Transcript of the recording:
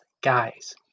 guys